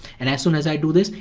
and as soon as i do this,